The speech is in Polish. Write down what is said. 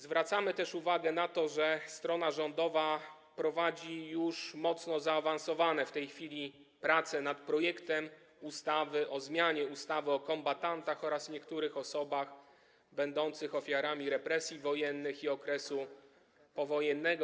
Zwracamy też uwagę na to, że strona rządowa prowadzi już mocno zaawansowane w tej chwili prace nad projektem ustawy o zmianie ustawy o kombatantach oraz niektórych osobach będących ofiarami represji wojennych i okresu powojennego.